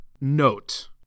Note